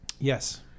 Yes